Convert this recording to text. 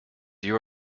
you